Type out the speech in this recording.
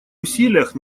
усилиях